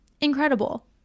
incredible